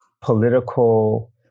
political